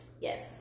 yes